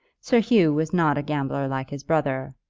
sir hugh was not a gambler like his brother,